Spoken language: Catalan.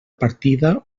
partida